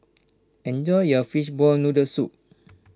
enjoy your Fishball Noodle Soup